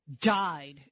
died